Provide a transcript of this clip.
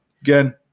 again